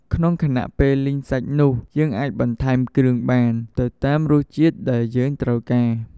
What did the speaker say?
ក្នុងខណៈពេលលីងសាច់នោះយើងអាចបន្ថែមគ្រឿងបានទៅតាមរសជាតិដែលយើងត្រូវការ។